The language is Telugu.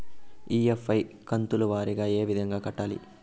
ఇ.ఎమ్.ఐ కంతుల వారీగా ఏ విధంగా కట్టాలి